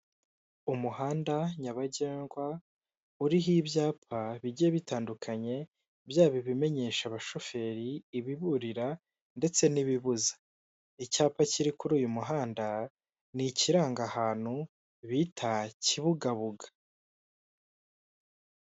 Umuhanda nyabagendwa uriho ibyapa bigiye bitandukanye byaba ibimenyesha abashoferi, ibiburira, ndetse n'ibibuza, icyapa kiri kuri uyu muhanda ni ikiranga ahantu bita kibugabuga.